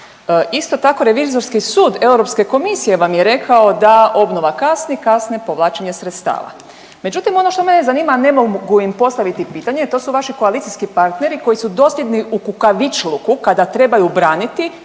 Isto tako Revizorski sud Europske komisije vam je rekao da obnova kasni i kasne povlačenje sredstava. Međutim ono što mene zanima, a ne mogu im postaviti pitanje, a to su vaši koalicijski partneri koji su dosljednji u kukavičluku kada trebaju braniti